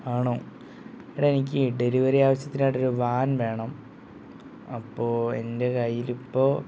ആണോ എടാ എനിക്കെ ഡെലിവറി ആവശ്യത്തിനായിട്ടൊരു വാൻ വേണം അപ്പോൾ എൻ്റെ കയ്യിലിപ്പോൾ